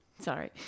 sorry